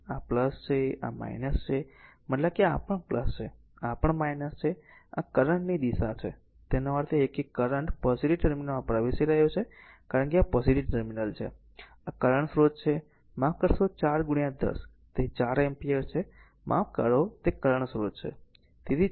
તેથી આ છે આ છે મતલબ કે આ પણ છે આ પણ છે અને આ કરંટ ની દિશા છે તેનો અર્થ છે કે કરંટ પોઝીટીવ ટર્મિનલમાં પ્રવેશી રહ્યો છે કારણ કે આ પોઝીટીવ ટર્મિનલ છે તે આ કરંટ સ્રોત છે માફ કરશો આ 4 10 છે તે r 4 એમ્પીયર છે માફ કરો તે કરંટ સ્રોત છે